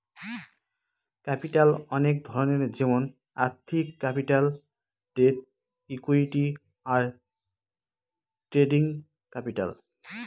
capital অনেক ধরনের যেমন আর্থিক ক্যাপিটাল, ডেট, ইকুইটি, আর ট্রেডিং ক্যাপিটাল